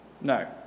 No